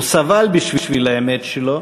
הוא סבל בשביל האמת שלו,